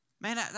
Man